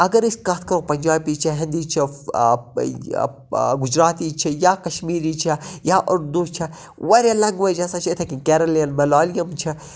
اگر أسۍ کَتھ کَرو پنجابی چھےٚ ہِندی چھےٚ گُجراتی چھےٚ یا کشمیٖری چھےٚ یا اردوٗ چھےٚ واریاہ لینگویج ہَسا چھےٚ اِتھے کٔنۍ کیرَلییَن مَلالِیَم چھےٚ